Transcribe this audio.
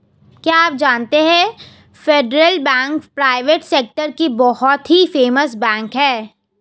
क्या आप जानते है फेडरल बैंक प्राइवेट सेक्टर की बहुत ही फेमस बैंक है?